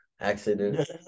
accident